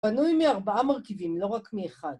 ‫בנוי מ-4 מרכיבים, לא רק מ-1.